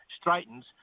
straightens